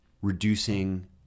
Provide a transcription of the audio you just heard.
Reducing